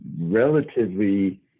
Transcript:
relatively